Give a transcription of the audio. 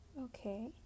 Okay